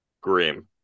Grim